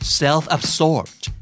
self-absorbed